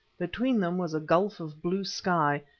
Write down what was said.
between them was a gulf of blue sky,